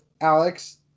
Alex